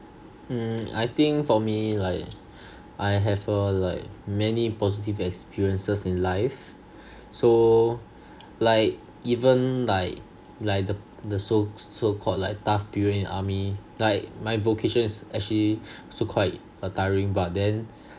mm I think for me like I have a like many positive experiences in life so like even like like the the so so called like tough period in army like my vocation is actually also quite a tiring but then